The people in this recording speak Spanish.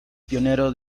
pionero